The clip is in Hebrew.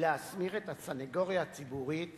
להסמיך את הסניגוריה הציבורית